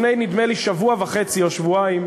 לפני, נדמה לי, שבוע וחצי או שבועיים,